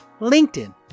LinkedIn